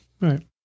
Right